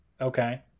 Okay